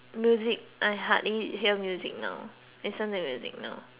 music I hardly hear music now listen to music now